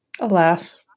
Alas